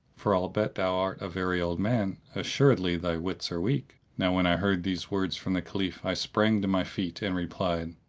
for albeit thou art a very old man, assuredly thy wits are weak. now when i heard these words from the caliph i sprang to my feet and replied,